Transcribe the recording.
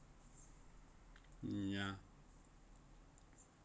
mm ya